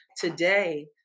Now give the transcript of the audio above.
today